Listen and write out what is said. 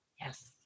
Yes